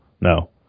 no